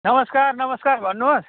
नमस्कार नमस्कार भन्नुहोस्